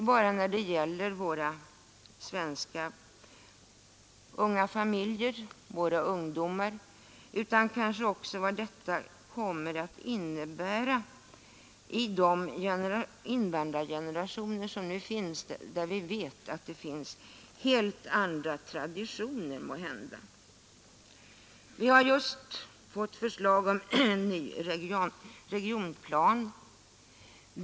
Detta gäller inte bara våra svenska ungdomar och unga familjer utan också de nuvarande invandrargenerationerna, som måhända har helt andra traditioner. Vi har just fått förslag om en ny regionplan.